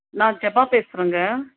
நான் ஜபா பேசுகிறேங்க